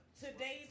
Today's